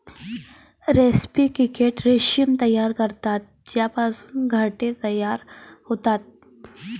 रेस्पी क्रिकेट रेशीम तयार करतात ज्यापासून घरटे तयार होतात